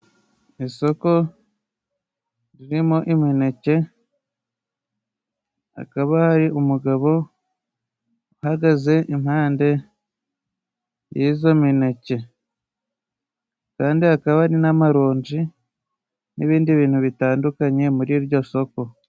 Isoko ririmo imineke, hakaba hari umugabo uhagaze impande y'izo mineke, kandi hakaba hari n'amaronji n'ibindi bintu bitandukanye muri iryo soko.